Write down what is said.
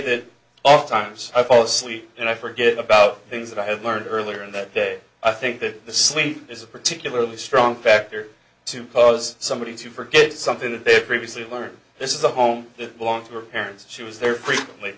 that oft times i fall asleep and i forget about things that i have learned earlier in that i think that the sleep is a particularly strong factor to cause somebody to forget something that they previously learned this is a home that belonged to her parents she was there frequently